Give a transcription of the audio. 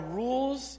rules